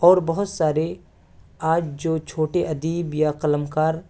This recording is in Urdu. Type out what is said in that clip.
اور بہت سارے آج جو چھوٹے ادیب یا قلم کار